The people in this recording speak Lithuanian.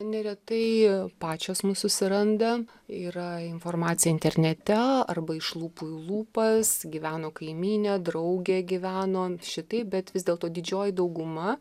neretai pačios mus susiranda yra informacija internete arba iš lūpų į lūpas gyveno kaimynė draugė gyveno šitaip bet vis dėlto didžioji dauguma